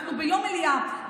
אנחנו ביום מליאה,